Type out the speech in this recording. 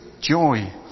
joy